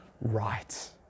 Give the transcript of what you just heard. right